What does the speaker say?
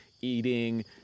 eating